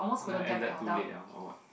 you all ended too late ya or what